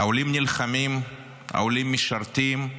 העולים נלחמים, העולים משרתים,